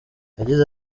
yagize